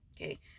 okay